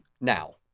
now